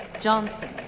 Johnson